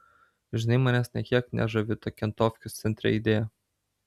žinai manęs nė kiek nežavi ta kentofkės centre idėja